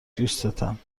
دوستتم